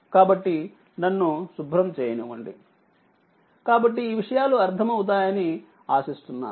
కాబట్టి నన్ను శుభ్రం చేయనివ్వండి కాబట్టి ఈ విషయాలు అన్నీ అర్థమవుతాయని ఆశిస్తున్నాము